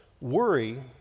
Worry